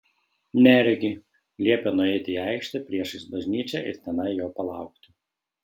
neregiui liepė nueiti į aikštę priešais bažnyčią ir tenai jo palaukti